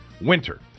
winter